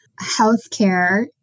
healthcare